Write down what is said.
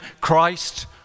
Christ